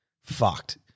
fucked